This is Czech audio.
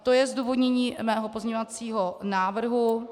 To je zdůvodnění mého pozměňovacího návrhu.